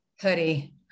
Hoodie